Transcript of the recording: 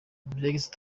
brexit